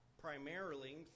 primarily